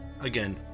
Again